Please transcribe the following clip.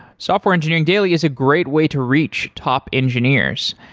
software engineering daily is a great way to reach top engineers.